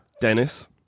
Dennis